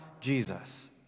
Jesus